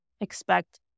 expect